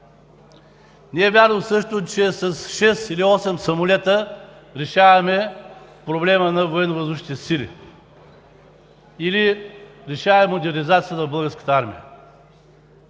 Не е вярно също, че с шест или осем самолета решаваме проблема на Военновъздушните сили или решаваме модернизацията на Българската армия.